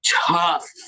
tough